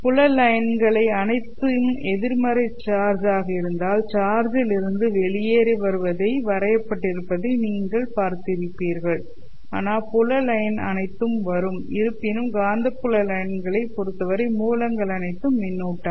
புலக் லைன்களை அனைத்தும் எதிர்மறைக் சார்ஜ் ஆக இருந்தால் சார்ஜில் இருந்து வெளியே வருவதைப் போல வரையப்பட்டிருப்பதை நீங்கள் பார்த்திருப்பீர்கள் ஆனால் புல லைன் அனைத்தும் வரும் இருப்பினும் காந்தப்புல லைன்களைப் பொறுத்தவரை மூலங்கள் அனைத்தும் மின்னூட்டங்கள்